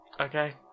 Okay